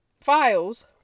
files